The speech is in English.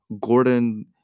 Gordon